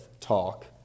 talk